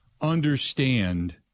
understand